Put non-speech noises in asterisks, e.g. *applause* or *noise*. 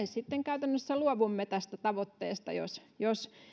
*unintelligible* sitten käytännössä luovumme tästä tavoitteesta jos